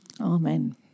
Amen